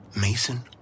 Mason